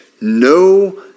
no